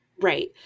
right